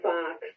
Fox